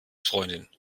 freundin